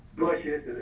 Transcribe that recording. bushes,